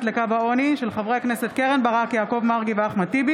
בקבלה לאוניברסיטאות והבטחת שוויון הזדמנויות בהשכלה הגבוהה בישראל,